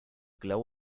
glow